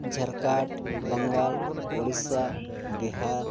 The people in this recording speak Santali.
ᱡᱷᱟᱲᱠᱷᱚᱸᱰ ᱵᱟᱝᱜᱟᱞ ᱳᱰᱤᱥᱟ ᱵᱤᱦᱟᱨ